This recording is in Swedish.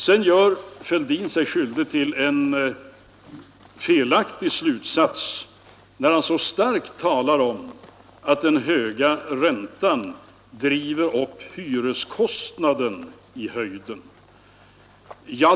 Sedan gör herr Fälldin sig skyldig till en felaktig slutsats, när han så starkt talar om att den höga räntan driver upp hyreskostnaden i höjden.